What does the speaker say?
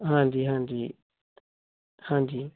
ਹਾਂਜੀ ਹਾਂਜੀ ਹਾਂਜੀ